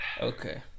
Okay